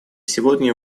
сегодня